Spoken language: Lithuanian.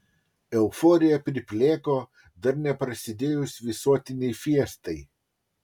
euforija priplėko dar neprasidėjus visuotinei fiestai